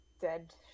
...dead